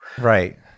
Right